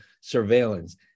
surveillance